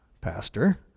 pastor